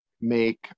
make